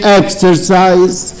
exercise